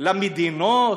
גם למדינות?